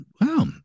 wow